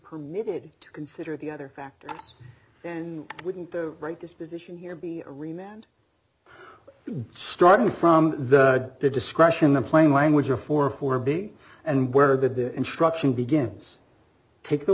permitted to consider the other factor then wouldn't the right disposition here be a rematch and starting from the discretion the plain language or for corby and where the instruction begins take the